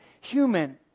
human